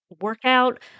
workout